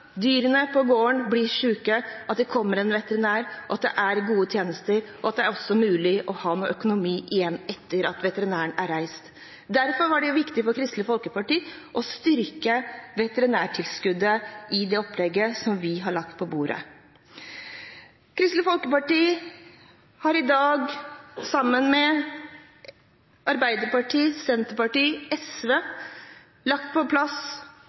at det kommer en veterinær når dyrene på gården blir syke, at det er gode tjenester, og at det også er mulig å ha noe økonomi igjen etter at veterinæren har reist. Derfor var det viktig for Kristelig Folkeparti å styrke veterinærtilskuddet i det opplegget vi har lagt på bordet. Kristelig Folkeparti har i dag, sammen med Arbeiderpartiet, Senterpartiet og SV, lagt på plass